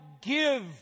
give